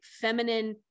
feminine